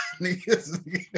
niggas